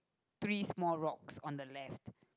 three small rocks on the left